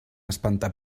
espentar